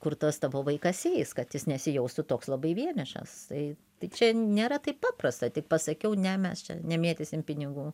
kur tas tavo vaikas eis kad jis nesijaustų toks labai vienišas tai tai čia nėra taip paprasta tik pasakiau ne mes čia nemėtysim pinigų